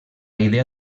idea